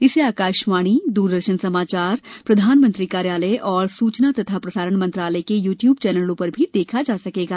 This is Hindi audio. इसे आकाशवाणी दूरदर्शन समाचार प्रधानमंत्री कार्यालय और सूचना और प्रसारण मंत्रालय के यू ट्यूब चैनलों पर भी देखा जा सकेगा